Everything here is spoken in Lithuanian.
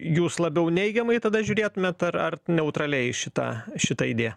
jūs labiau neigiamai tada žiūrėtumėt ar ar neutraliai į šitą šitą idėją